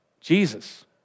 Jesus